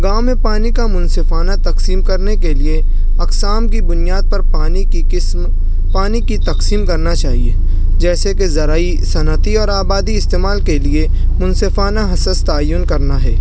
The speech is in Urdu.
گاؤں میں پانی کا منصفانہ تقسیم کرنے کے لیے اقسام کی بنیاد پر پانی کی قسم پانی کی تقسیم کرنا چاہیے جیسے کہ زرعی صنعتی اور آبادی استعمال کے لیے منصفانہ تعین کرنا ہے